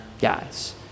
guys